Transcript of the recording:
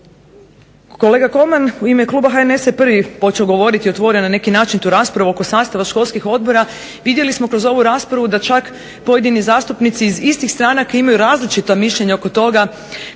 Kolega Kolman u ime kluba HNS-a je prvi počeo govoriti otvoreno na neki način tu raspravu oko sastava školskih odbora. Vidjeli smo kroz ovu raspravu da čak pojedini zastupnici iz istih stranaka imaju različita mišljenja oko toga